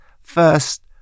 First